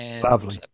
Lovely